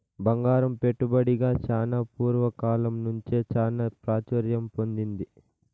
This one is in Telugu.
బంగారం పెట్టుబడిగా చానా పూర్వ కాలం నుంచే చాలా ప్రాచుర్యం పొందింది